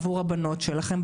עבור הבנות שלכן,